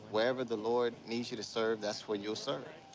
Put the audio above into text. wherever the lord needs you to serve, that's where you'll serve.